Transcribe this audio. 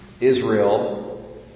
Israel